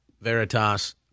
Veritas